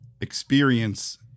experience